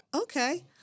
Okay